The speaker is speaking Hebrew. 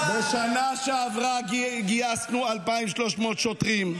בשנה שעברה גייסנו 2,300 שוטרים.